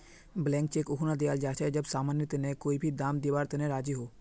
blank cheque उखना दियाल जा छे जब समानेर तने कोई भी दाम दीवार तने राज़ी हो